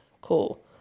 cool